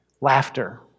laughter